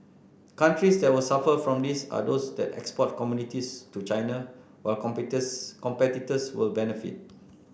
countries that will suffer from this are those that export commodities to China while competitors will benefit